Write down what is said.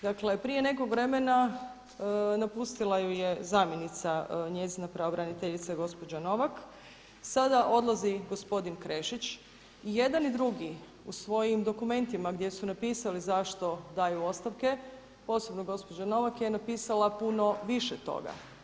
Dakle prije nekog vremena napustila ju je zamjenica njezina pravobraniteljice gospođa Novak, sada odlazi gospodin Krešić i jedan i drugi u svojim dokumentima gdje su napisali zašto daju ostavke posebno gospođa Novak je napisala puno više toga.